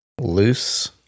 loose